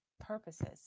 purposes